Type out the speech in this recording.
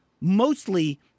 Mostly